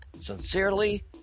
Sincerely